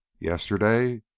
yesterday